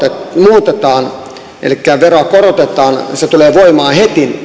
muutetaan elikkä veroa korotetaan se tulee voimaan